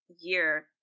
year